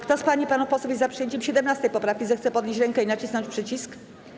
Kto z pań i panów posłów jest za przyjęciem 17. poprawki, zechce podnieść rękę i nacisnąć przycisk.